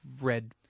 read